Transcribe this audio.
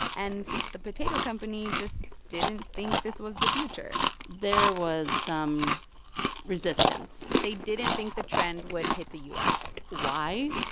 and the potato company just didn't think this was the future there was some resistance they didn't think the trend would hit the u s why?